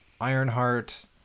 Ironheart